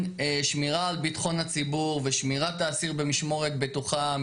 שמירה על ביטחון הציבור ושמירת האסיר במשמורת בטוחה,